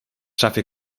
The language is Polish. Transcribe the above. szafie